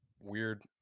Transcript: weird